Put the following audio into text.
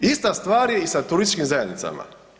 Ista stvar je i sa turističkim zajednicama.